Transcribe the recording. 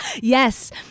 Yes